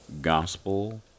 Gospel